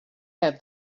have